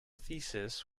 thesis